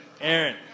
Aaron